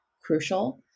crucial